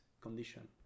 condition